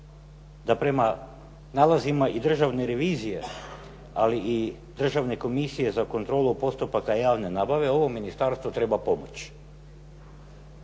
da prema nalazima i Državne revizije, ali i Državne komisije za kontrolu postupaka javne nabave ovo ministarstvo treba pomoć.